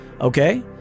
okay